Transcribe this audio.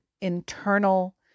internal